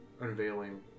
unveiling